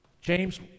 James